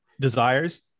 desires